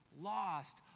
lost